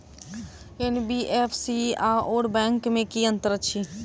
NBFC आओर bank मे की अंतर अछि?